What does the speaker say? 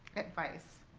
advice.